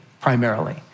primarily